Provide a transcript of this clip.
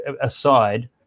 aside